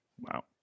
Wow